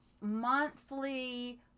monthly